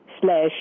slash